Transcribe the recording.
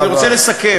אני רוצה לסכם.